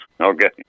Okay